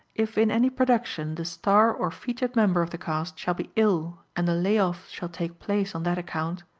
if in any production the star or featured member of the cast shall be ill and a lay-off shall take place on that account,